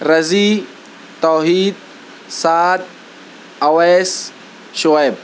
رضی توحید صاد اویس شعیب